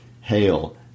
Hail